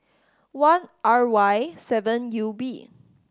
one R Y seven U B